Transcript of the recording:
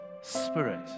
spirit